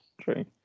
true